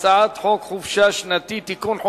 הצעת חוק חופשה שנתית (תיקון,